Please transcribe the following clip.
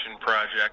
project